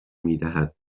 میدهد